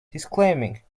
disclaiming